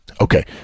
Okay